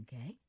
Okay